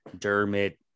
Dermot